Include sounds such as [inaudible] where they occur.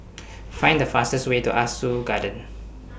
[noise] Find The fastest Way to Ah Soo Garden